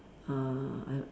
uh I